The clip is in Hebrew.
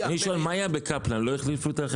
אני לא מבין.